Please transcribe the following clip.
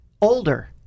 older